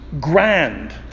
grand